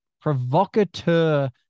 provocateur